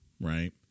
right